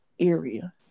area